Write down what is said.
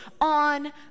on